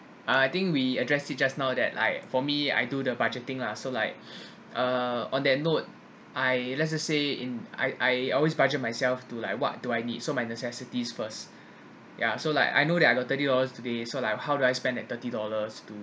I think we address it just now that like for me I do the budgeting lah so like uh on that note I let us say in I I always budget myself to like what do I need so my necessities first ya so like I know that I got thirty dollars today so like how do I spend that thirty dollars to